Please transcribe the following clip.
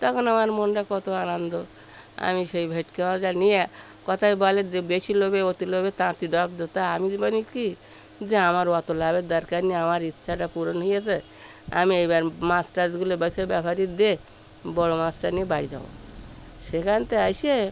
তখন আমার মনটা কত আনন্দ আমি সেই ভেটকি মাছটা নিয়ে কথায় বলে যে বেশি লোভে অতি লোভে তাঁতি দগ্ধ আমি বলি কী যে আমার অত লাভের দরকার নেই আমার ইচ্ছাটা পূরণ হয়েছে আমি এইবার মাছ টাছগুলো বেছে ব্যাপারীকে দিয়ে বড় মাছটা নিয়ে বাড়ি যাব সেখান থেকে এসে